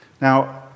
Now